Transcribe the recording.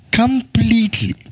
completely